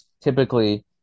typically